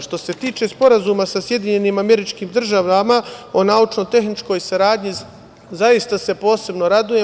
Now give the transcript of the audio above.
Što se tiče Sporazuma sa SAD o naučno-tehničkoj saradnji, posebno se radujem.